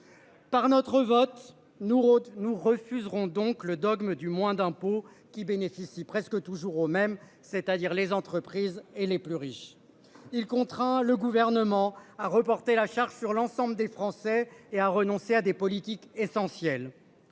nous autres nous refuserons donc le dogme du moins d'impôts qui bénéficient presque toujours au même, c'est-à-dire les entreprises et les plus riches il contraint le gouvernement à reporter la charge sur l'ensemble des Français et à renoncer à des politiques essentielles.